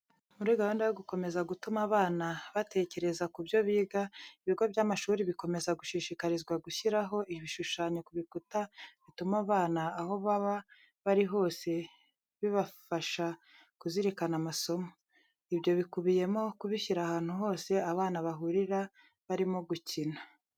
Muri gahunda yo gukomeza gutuma abana batekereza ku byo biga, ibigo by'amashuri bikomeza gushishikarizwa gushyiraho ibishushanyo ku bikuta bituma abana aho baba bari hose bibafasha kuzirikana amasomo. Ibyo bikubiyemo kubishyira ahantu hose abana bahurira barimo gukina.